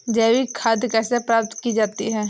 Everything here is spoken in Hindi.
जैविक खाद कैसे प्राप्त की जाती है?